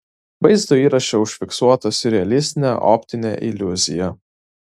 vaizdo įraše užfiksuota siurrealistinė optinė iliuzija